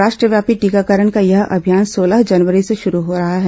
राष्ट्रव्यापी टीकाकरण का यह अभियान सोलह जनवरी से शुरू हो रहा है